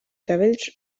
cabells